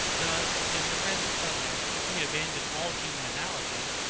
thus, in the present subject, if we abandon all human analogy,